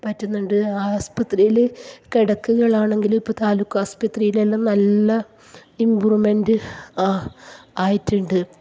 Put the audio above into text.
പറ്റുന്നുണ്ട് ആസ്പത്രിയിൽ കിടക്കകളാണെങ്കിലും ഇപ്പോൾ താലൂക്ക് ആശുപത്രിയിലെല്ലാം നല്ല ഇമ്പ്രൂവ്മെൻ്റ് ആയിട്ടുണ്ട്